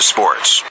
Sports